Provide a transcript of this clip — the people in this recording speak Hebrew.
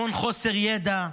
המון חוסר ידע,